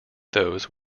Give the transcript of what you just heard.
those